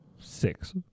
six